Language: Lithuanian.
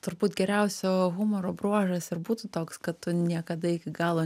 turbūt geriausio humoro bruožas ir būtų toks kad tu niekada iki galo